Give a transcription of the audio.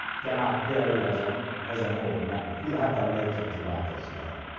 can i tell you as an as an old man, it will happen later to life as well.